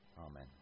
Amen